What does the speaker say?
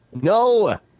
No